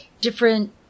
Different